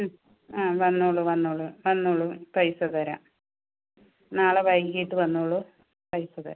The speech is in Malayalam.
ആ വന്നോളു വന്നോളു വന്നോളു പൈസ തരാം നാളെ വൈകിട്ട് വന്നോളു പൈസ തരാം